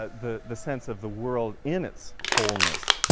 ah the the sense of the world in its wholeness,